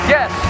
Yes